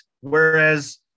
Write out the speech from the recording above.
whereas